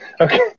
okay